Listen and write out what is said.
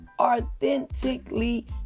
authentically